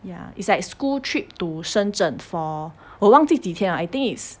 ya it's like school trip to 深圳 for 我忘记几天 lah I think is